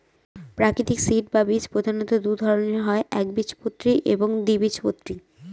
প্রাকৃতিক সিড বা বীজ প্রধানত দুই ধরনের হয় একবীজপত্রী এবং দ্বিবীজপত্রী